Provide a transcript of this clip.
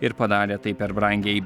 ir padarė tai per brangiai